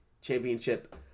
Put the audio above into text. championship